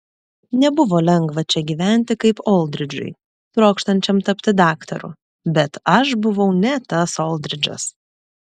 nebuvo lengva čia gyventi kaip oldridžui trokštančiam tapti daktaru bet aš buvau ne tas oldridžas